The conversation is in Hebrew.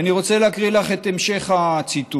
ואני רוצה להקריא לך את המשך הציטוט.